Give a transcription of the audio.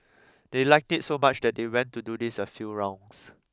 they liked it so much that they went to do this a few rounds